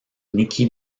nikki